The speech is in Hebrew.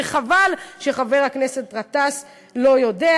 וחבל שחבר הכנסת גטאס לא יודע.